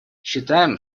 считаем